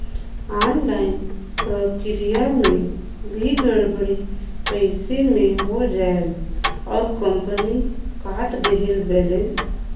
Online प्रक्रिया मे भी गड़बड़ी कइसे मे हो जायेल और कंपनी काट देहेल बैलेंस?